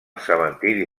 cementiri